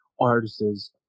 artists